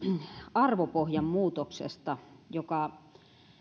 arvopohjan muutoksesta joka